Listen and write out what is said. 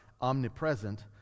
omnipresent